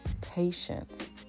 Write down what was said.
patience